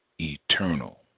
eternal